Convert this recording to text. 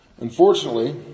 Unfortunately